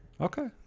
okay